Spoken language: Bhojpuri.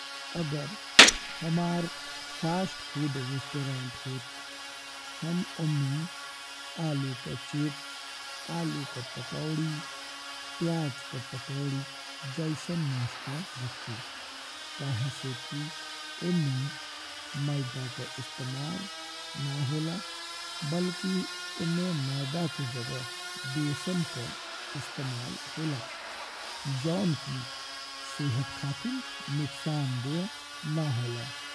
अगर हमार फास्ट फूड रेस्टोरेंट होता हम ओमें आलू का चिप्स, आलू का पकोड़ी, प्याज का पकोड़ी जइसन नाश्ता रखती। काहें से कि एमे मैदा का इस्तेमाल ना होला बल्की एमे मैदा के जगह बेसन का इस्तेमाल होला जौन कि सेहत खातिर नुकसान देख ना होला।